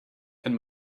and